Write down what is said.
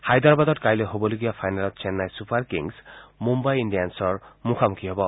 হায়দৰাবাদত কাইলৈ হ'বলগীয়া ফাইনেলত চেন্নাই ছুপাৰ কিংছ মুন্বাই ইণ্ডিয়ানছৰ মুখামুখি হ'ব